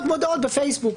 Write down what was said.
לקנות מודעות בפייסבוק.